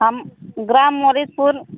हम ग्राम मोरितपुर